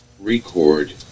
record